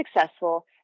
successful